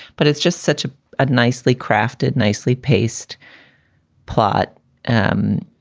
but it's just such a ah nicely crafted, nicely paced plot um